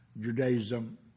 Judaism